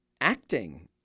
acting